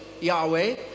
Yahweh